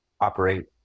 operate